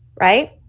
Right